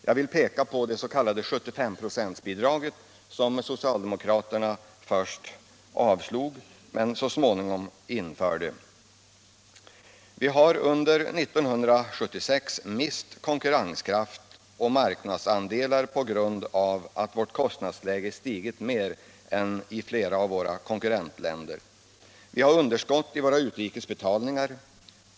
Jag vill peka på det s.k. 16 december 1976 75 96 bidraget, som socialdemokraterna först avslog men så småningom införde. Samordnad Under 1976 har vi mist konkurrenskraft och marknadsandelar på grund = sysselsättnings och av att kostnadsläget i vårt land stigit mer än i flera av våra konkurrentländer. = regionalpolitik Vi har underskott i våra utrikesbetalningar.